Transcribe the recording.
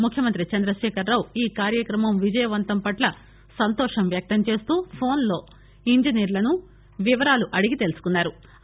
ముఖ్యమంత్రి చంద్రశేఖరరావు ఈ కార్యక్రమం విజయవంతం పట్ల సంతోషం వ్యక్తం చేస్తూ ఫోన్ లో ఇంజినీర్లను వివరాలు అడిగి తెలుసుకున్నా రు